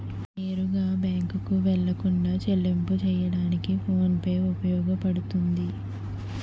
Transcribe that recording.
నేరుగా బ్యాంకుకు వెళ్లకుండా చెల్లింపు చెయ్యడానికి ఫోన్ పే ఉపయోగపడుతుంది